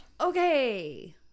okay